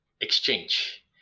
exchange